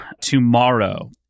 tomorrow